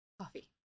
Coffee